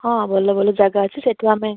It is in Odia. ହଁ ଭଲ ଭଲ ଜାଗା ଅଛି ସେଠୁ ଆମେ